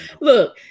Look